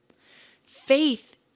Faith